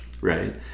right